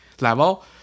level